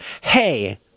Hey